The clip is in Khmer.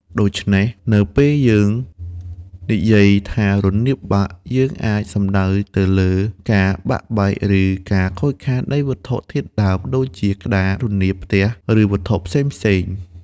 ដូច្នេះ នៅពេលយើងនិយាយថា រនាបបាក់ យើងអាចសំដៅទៅលើ ការបាក់បែក ឬការខូចខាតនៃវត្ថុធាតុដើម ដូចជា ក្តារ រនាបផ្ទះ ឬវត្ថុផ្សេងៗ។